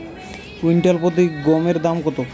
Quintal প্রতি গমের দাম কত?